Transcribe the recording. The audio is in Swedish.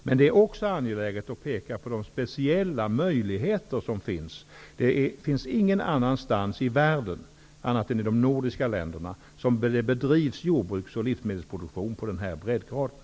Den andra är att det också är angeläget att peka på de särskilda möjligheter som finns. Inte någonstans i världen än i de nordiska länderna bedrivs jordbruks och livsmedelsproduktion på våra breddgrader.